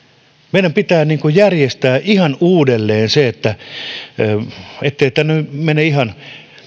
meidän pitää järjestää ihan uudelleen se ja ettei tämä nyt mene ihan